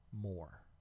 more